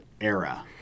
era